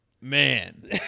Man